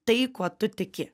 tai kuo tu tiki